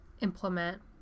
implement